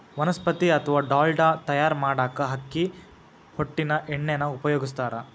ವನಸ್ಪತಿ ಅತ್ವಾ ಡಾಲ್ಡಾ ತಯಾರ್ ಮಾಡಾಕ ಅಕ್ಕಿ ಹೊಟ್ಟಿನ ಎಣ್ಣಿನ ಉಪಯೋಗಸ್ತಾರ